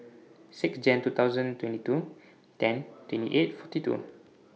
six Jan two thousand twenty two ten twenty eight forty two